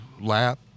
lap